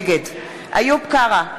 נגד איוב קרא,